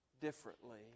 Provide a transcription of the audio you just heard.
differently